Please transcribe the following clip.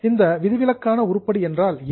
இந்த விதிவிலக்கான உருப்படி என்றால் என்ன